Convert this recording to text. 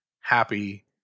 happy